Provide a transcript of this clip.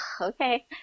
okay